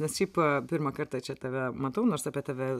nes šiaip pirmą kartą čia tave matau nors apie tave